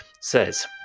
says